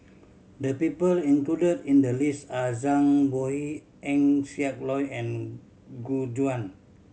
the people included in the list are Zhang Bohe Eng Siak Loy and Gu Juan